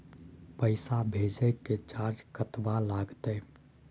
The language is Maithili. पैसा भेजय के चार्ज कतबा लागते?